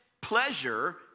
pleasure